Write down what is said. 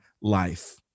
life